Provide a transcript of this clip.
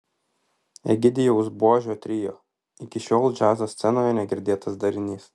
egidijaus buožio trio iki šiol džiazo scenoje negirdėtas darinys